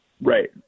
Right